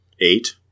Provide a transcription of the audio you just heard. eight